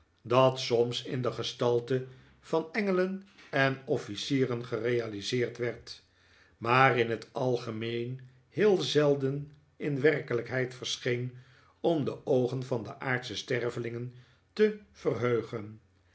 dat soms in de gestalte van engelen en officieren gerealiseerd werd maar in t algemeen heel zelden in werkelijkheid verscheen om de oogen van de aardsche stervelingen te verheugen